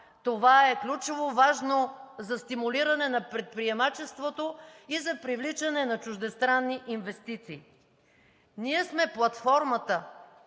Това е ключово важно за стимулиране на предприемачеството и за привличане на чуждестранни инвестиции. Ние сме платформата,